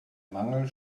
mangel